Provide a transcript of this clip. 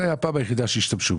זו הייתה הפעם היחידה שהשתמשו בזה.